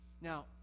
Now